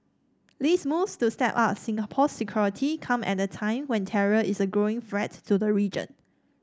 these moves to step up Singapore's security come at a time when terror is a growing threat to the region